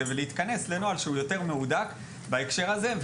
ולהתכנס לנוהל שהוא יותר מהודק בהקשר הזה,